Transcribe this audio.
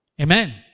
Amen